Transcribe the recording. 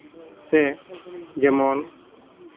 ᱥᱮ ᱡᱮᱢᱚᱱ